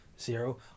zero